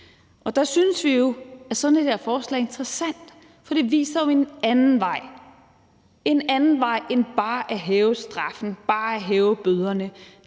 og der synes vi jo, at sådan et forslag her er interessant, for det viser en anden vej, en anden vej end bare at hæve straffen, bare at hæve bøderne.